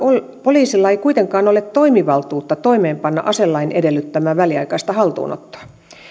poliisilla ei kuitenkaan ole toimivaltuutta toimeenpanna aselain edellyttämää väliaikaista haltuunottoa